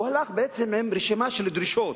הוא הלך בעצם עם רשימה של דרישות,